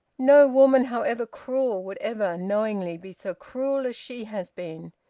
no woman, however cruel, would ever knowingly be so cruel as she has been.